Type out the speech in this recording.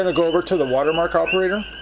and go over to the watermark operator